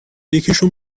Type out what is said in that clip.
یکیشون